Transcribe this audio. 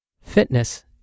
fitness